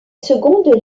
seconde